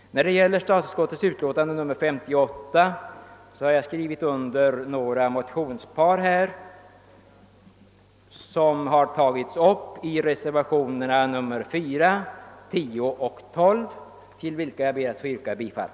När det gäller statsutskottets utlåtande nr 58 har jag skrivit under några motioner. Motionerna har tagits upp i reservationerna nr 4, 10 och 12, till vilka jag ber att få yrka bifall.